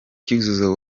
cyuzuzo